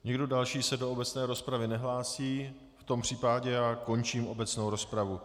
Nikdo další se do obecné rozpravy nehlásí, v tom případě končím obecnou rozpravu.